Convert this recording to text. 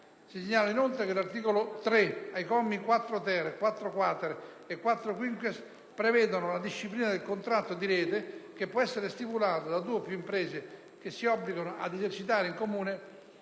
Si segnala inoltre che l'articolo 3, ai commi 4-*ter*, 4-*quater* e 4-*quinquies*, prevede la disciplina del contratto di rete, che può essere stipulato da due o più imprese che si obbligano ad esercitare in comune